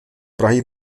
prahy